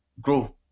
growth